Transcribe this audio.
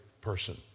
person